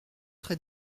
très